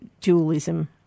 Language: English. dualism